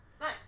Nice